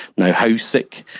now, how sick,